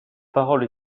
parole